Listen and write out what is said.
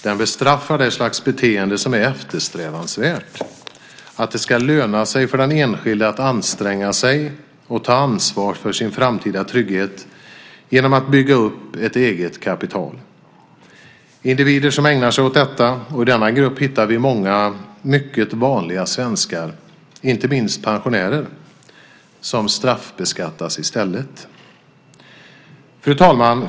Den bestraffar det slags beteende som är eftersträvansvärt - att det ska löna sig för den enskilde att anstränga sig och ta ansvar för sin framtida trygghet genom att bygga upp ett eget kapital. Individer som ägnar sig åt detta - och i denna grupp hittar vi många mycket vanliga svenskar, inte minst pensionärer - straffbeskattas i stället. Fru talman!